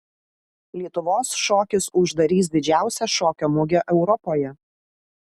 lietuvos šokis uždarys didžiausią šokio mugę europoje